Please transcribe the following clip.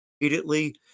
immediately